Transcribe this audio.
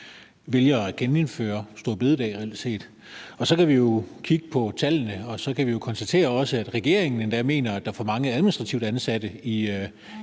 vælger at genindføre store bededag. Så kan vi jo kigge på tallene og konstatere, at regeringen endda mener, at der er for mange administrative ansatte i